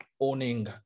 owning